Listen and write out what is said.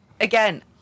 again